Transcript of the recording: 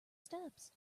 steps